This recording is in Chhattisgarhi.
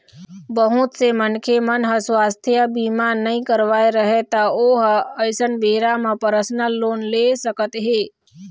बहुत से मनखे मन ह सुवास्थ बीमा नइ करवाए रहय त ओ ह अइसन बेरा म परसनल लोन ले सकत हे